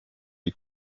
die